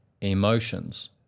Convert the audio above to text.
emotions